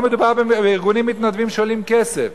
פה מדובר בארגונים מתנדבים, שעולים כסף.